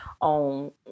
on